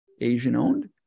Asian-owned